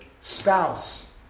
spouse